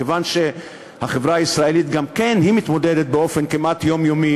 מכיוון שהחברה הישראלית גם היא מתמודדת באופן כמעט יומיומי